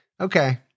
Okay